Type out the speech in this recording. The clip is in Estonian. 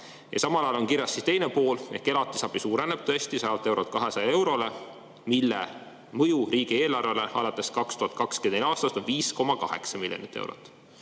Ja samal ajal on kirjas siis teine pool, et elatisabi suureneb, tõesti, 100 eurolt 200 eurole, mille mõju riigieelarvele alates 2024. aastast on 5,8 miljonit eurot.